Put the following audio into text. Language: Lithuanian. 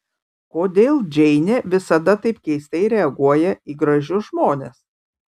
kodėl džeinė visada taip keistai reaguoja į gražius žmones